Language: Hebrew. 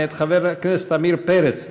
מאת חבר הכנסת עמיר פרץ.